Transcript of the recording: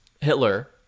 Hitler